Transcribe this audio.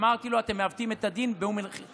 אמרתי לו: אתם מעוותים את הדין בריטמן.